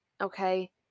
Okay